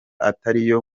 atariyo